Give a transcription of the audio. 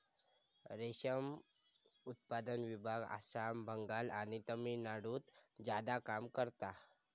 रेशम उत्पादन विभाग आसाम, बंगाल आणि तामिळनाडुत ज्यादा काम करता